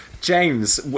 James